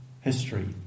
history